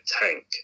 tank